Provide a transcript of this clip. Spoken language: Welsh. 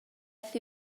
beth